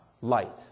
light